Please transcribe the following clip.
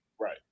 Right